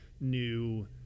new